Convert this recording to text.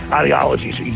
ideologies